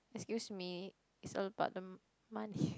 excuse me it's all about the money